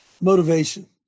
motivation